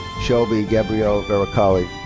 shelby gabrielle varacalli.